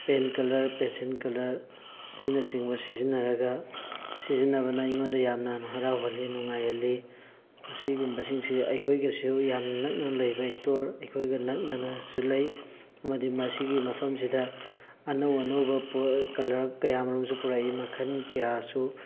pen colour pencil colour ꯑꯁꯤꯅꯆꯤꯡꯕ ꯁꯤꯖꯤꯟꯅꯔꯒ ꯁꯤꯖꯤꯟꯅꯕꯅ ꯑꯩꯉꯣꯟꯗ ꯌꯥꯝꯅ ꯍꯔꯥꯎꯍꯜꯂꯤ ꯅꯨꯡꯉꯥꯏꯍꯜꯂꯤ ꯃꯁꯤꯒꯨꯝꯕꯁꯤꯡꯁꯤ ꯑꯩꯈꯣꯏꯒꯤꯁꯨ ꯌꯥꯝꯅ ꯅꯛꯅ ꯂꯩꯕ ꯏꯁꯇꯣꯔ ꯑꯩꯈꯣꯏꯒ ꯅꯛꯅꯅꯁꯨ ꯂꯩ ꯑꯃꯗꯤ ꯃꯁꯤꯒꯤ ꯃꯐꯝꯁꯤꯗ ꯑꯅꯧ ꯑꯅꯧꯕ ꯄꯣꯠ ꯀꯂꯔ ꯀꯌꯥꯃꯔꯨꯝꯁꯨ ꯄꯨꯔꯛꯏ ꯃꯈꯜ ꯀꯌꯥꯁꯨ